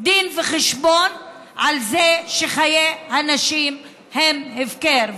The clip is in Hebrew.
דין וחשבון על זה שחיי הנשים הם הפקר?